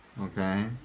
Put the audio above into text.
Okay